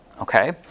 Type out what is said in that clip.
Okay